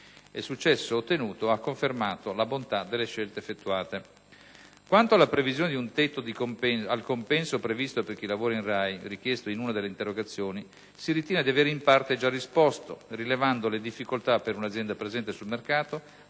il successo ottenuto ha confermato la bontà delle scelte effettuate. Quanto alla previsione di un tetto al compenso previsto per chi lavora in RAI, richiesto in una delle interrogazioni, si ritiene di avere in parte già risposto, rilevando la difficoltà per un'azienda presente sul mercato